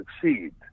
succeed